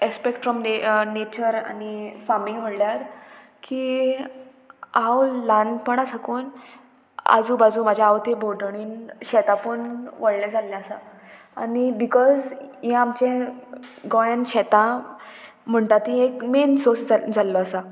expect from the nature आनी farming म्हणल्यार की हांव ल्हानपणा साकून आजू बाजू म्हाज्या आवती भोवटणीं शेतां पळोवन व्हडलें जाल्लें आसा आनी बिकोज हें आमचें गोंयान शेतां म्हणटा तीं एक मेन सोर्स जाल जाल्लो आसा